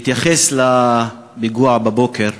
בהתייחס לפיגוע הבוקר,